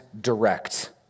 direct